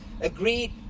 agreed